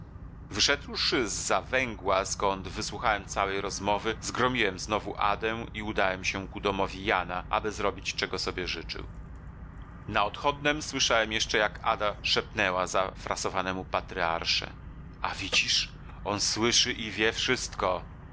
wyszedłszy z za węgła skąd wysłuchałem całej rozmowy zgromiłem znowu adę i udałem się ku domowi jana aby zrobić czego sobie życzył na odchodnem słyszałem jeszcze jak ada szepnęła zafrasowanemu patryarsze a widzisz on słyszy i wie wszystko